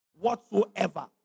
whatsoever